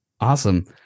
Awesome